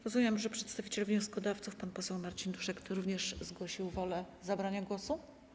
Rozumiem, że przedstawiciel wnioskodawców pan poseł Marcin Duszek również zgłosił wolę zabrania głosu?